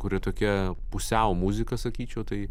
kuri tokia pusiau muzika sakyčiau tai